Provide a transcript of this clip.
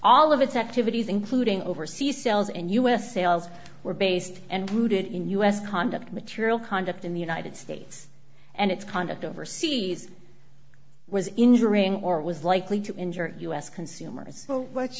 all of its activities including overseas sales and u s sales were based and rooted in u s conduct material conduct in the united states and its conduct overseas was injuring or was likely to injure u s consumers w